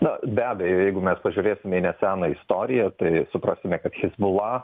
na be abejo jeigu mes pažiūrėsime į neseną istoriją tai suprasime kad hezbollah